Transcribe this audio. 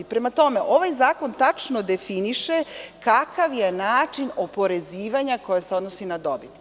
Prema tome, ovaj zakon tačno definiše kakav je način oporezivanja koji se odnosi na dobit.